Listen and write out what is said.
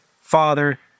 Father